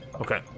Okay